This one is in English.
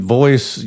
voice